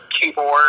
keyboard